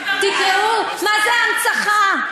תקראו מה זו הנצחה.